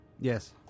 Yes